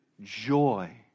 joy